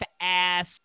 ass